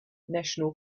national